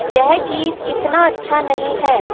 यह गीत इतना अच्छा नहीं है